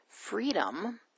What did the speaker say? freedom